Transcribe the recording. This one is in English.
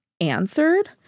answered